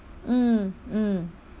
mm mm